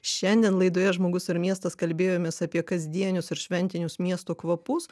šiandien laidoje žmogus ir miestas kalbėjomės apie kasdienius ir šventinius miesto kvapus